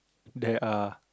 there are